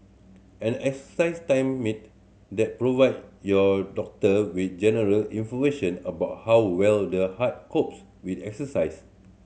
an exercise they provide your doctor with general information about how well the heart copes with exercise